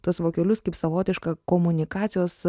tuos vokelius kaip savotišką komunikacijos